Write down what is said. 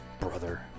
Brother